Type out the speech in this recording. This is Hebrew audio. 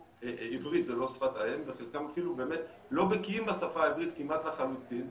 עברית זה לא שפת האם וחלקם לא בקיאים בשפה העברית כמעט לחלוטין,